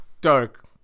dark